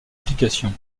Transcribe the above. application